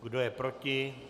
Kdo je proti?